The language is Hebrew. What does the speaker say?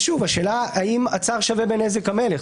שוב, השאלה האם הצער שווה בנזק המלך.